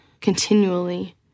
continually